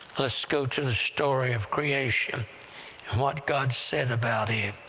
let's go to the story of creation and what god said about it.